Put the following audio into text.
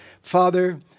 Father